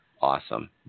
awesome